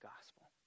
gospel